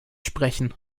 sprechen